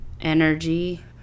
energy